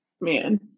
man